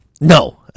No